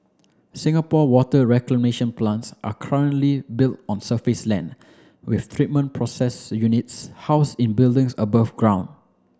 Singapore water reclamation plants are currently built on surface land with treatment process units housed in buildings above ground